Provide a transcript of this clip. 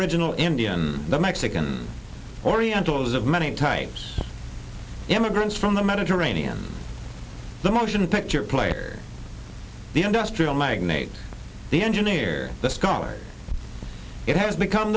aboriginal indian the mexican oriental is of many types immigrants from the mediterranean the motion picture player the industrial magnate the engineer the scholars it has become